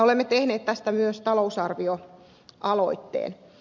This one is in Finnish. olemme tehneet tästä myös talousarvioaloitteen